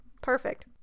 Perfect